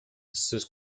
sus